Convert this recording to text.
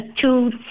two